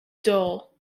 dull